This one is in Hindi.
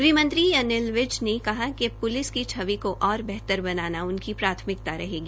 ग़हमंत्री अनिल विज ने कहा कि प्लिस की छवि को और बेहतर बनाना उनकी प्राथमिकता रहेगी